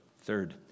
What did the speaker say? Third